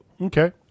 okay